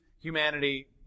humanity